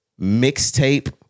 mixtape